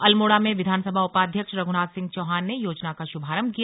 अल्मोड़ा मे विधानसभा उपाध्यक्ष रध्नाथ सिंह चौहान ने योजना का शुभारंभ किया